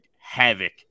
havoc